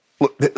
Look